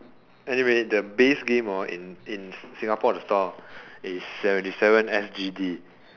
anyway the base game in in the Singapore the store is seventy seven S_G_D